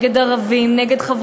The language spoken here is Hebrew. נגד ערבים,